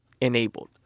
enabled